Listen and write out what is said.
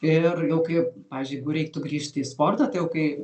ir jau kaip pavyzdžiui jeigu reiktų grįžti į sportą tai jau kai